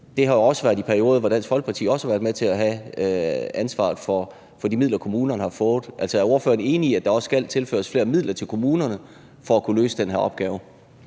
Det har været i perioder, hvor Dansk Folkeparti også har været med til at have ansvaret for de midler, kommunerne har fået. Er ordføreren enig i, at der også skal tilføres flere midler til kommunerne for at kunne løse den her opgave?